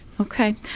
Okay